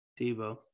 Debo